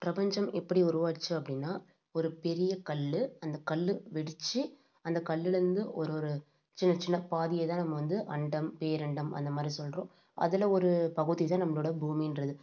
பிரபஞ்சம் எப்படி உருவாச்சு அப்படினா ஒரு பெரிய கல்லு அந்த கல்லு வெடித்து அந்த கல்லில் இருந்து ஒரு ஒரு சின்ன சின்ன பாதியை தான் நம்ம வந்து அண்டம் பேரண்டம் அந்த மாதிரி சொல்கிறோம் அதில் ஒரு பகுதி தான் நம்மளோடய பூமின்றது